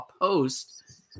post